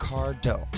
Cardo